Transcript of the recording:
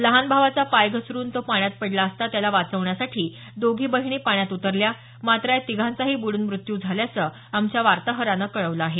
लहान भावाचा पाय घसरुन तो पाण्यात पडला असता त्याला वाचवण्यासाठी दोघी बहिणी पाण्यात उतरल्या मात्र यात तिघांचाही बुडून मृत्यू झाल्याचं आमच्या वार्ताहरानं कळवलं आहे